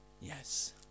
Yes